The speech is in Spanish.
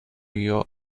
guió